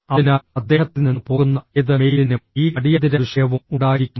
അതിനാൽ അദ്ദേഹത്തിൽ നിന്ന് പോകുന്ന ഏത് മെയിലിനും ഈ അടിയന്തിര വിഷയവും ഉണ്ടായിരിക്കും